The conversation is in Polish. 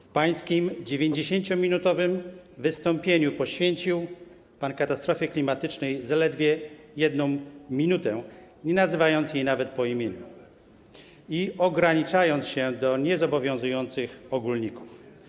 W pańskim 90-minutowym wystąpieniu poświęcił pan katastrofie klimatycznej zaledwie 1 minutę, nie nazywając jej nawet po imieniu i ograniczając się do niezobowiązujących ogólników.